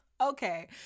okay